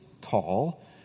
tall